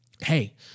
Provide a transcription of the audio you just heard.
hey